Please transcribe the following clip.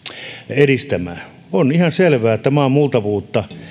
edistämään on ihan selvää että maan multavuutta